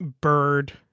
Bird